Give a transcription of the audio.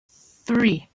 three